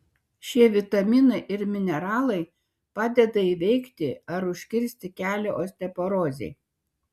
šie vitaminai ir mineralai padeda įveikti ar užkirsti kelią osteoporozei